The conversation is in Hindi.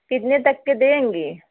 कितने तक के देंगी